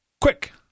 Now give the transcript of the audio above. Quick